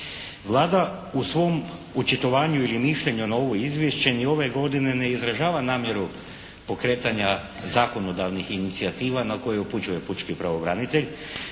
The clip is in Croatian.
Vlada u svom očitovanju ili mišljenju na ovo izvješće ni ove godine ne izražava namjeru pokretanja zakonodavnih inicijativa na koje upućuje pučki pravobranitelj,